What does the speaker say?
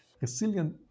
resilient